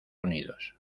unidos